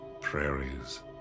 Prairies